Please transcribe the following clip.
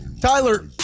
tyler